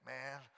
Man